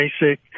basic